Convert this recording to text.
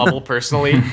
personally